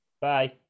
Bye